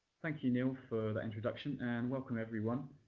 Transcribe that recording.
thank you, neil, for the introduction. and welcome, everyone.